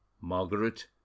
Margaret